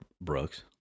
Brooks